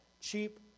cheap